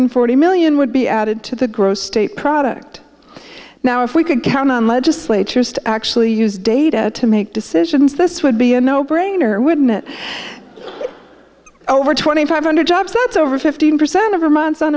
forty million would be added to the gross state product now if we could count on legislatures to actually use data to make decisions this would be a no brainer wouldn't it over twenty five hundred jobs that's over fifteen percent